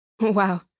Wow